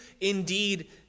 indeed